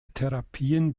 therapien